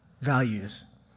values